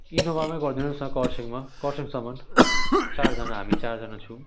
इनोभामै गरिदिनुहोस् न कर्सियङमा कर्सियङसम्म चारजाना हामी चारजाना छौँ